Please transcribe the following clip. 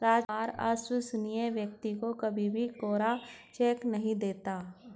रामकुमार अविश्वसनीय व्यक्ति को कभी भी कोरा चेक नहीं देता